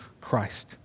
Christ